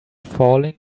falling